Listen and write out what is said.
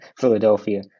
Philadelphia